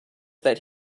that